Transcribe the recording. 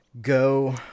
go